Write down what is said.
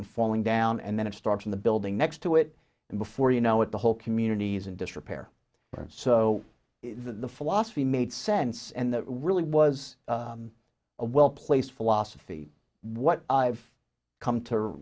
and falling down and then it starts in the building next to it and before you know it the whole communities in disrepair so the philosophy makes sense and that really was a well placed philosophy what i've come to